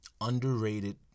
underrated